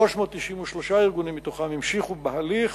393 ארגונים מתוכם המשיכו בהליך